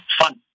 fun